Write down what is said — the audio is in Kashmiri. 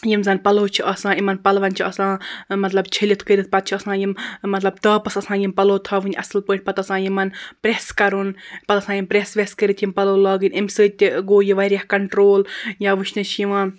یِم زَنہٕ پَلَو چھِ آسان یِمَن پَلوَن چھِ آسان مطلب چھٔلِتھ کٔرِتھ پَتہٕ چھِ آسان یِم مطلب تاپَس آسان یِم پَلَو تھاوٕنۍ اصٕل پٲٹھۍ پَتہٕ آسان یِمَن پریٚس کَرُن پَتہٕ آسان یِم پریٚس ویٚس کٔرِتھ یِم پَلَو لاگٕنۍ امہِ سۭتۍ تہِ گوٚو یہِ واریاہ کَنٛٹرٛول یا وُچھنہٕ چھِ یِوان